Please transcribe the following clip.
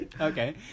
Okay